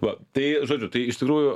va tai žodžiu tai iš tikrųjų